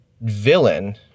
villain